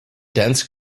dense